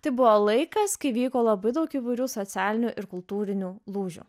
tai buvo laikas kai vyko labai daug įvairių socialinių ir kultūrinių lūžių